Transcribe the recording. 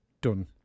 done